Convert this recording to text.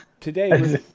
Today